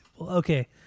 okay